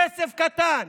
כסף קטן,